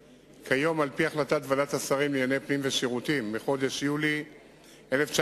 על-פי החלטת ועדת השרים לענייני פנים ושירותים מחודש יולי 1977,